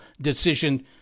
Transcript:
decision